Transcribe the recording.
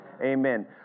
Amen